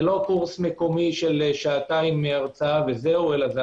זה לא קורס מקומי של שעתיים הרצאה אלא זו